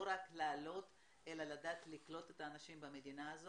רק לעלות אלא לדעת לקלוט את האנשים במדינה.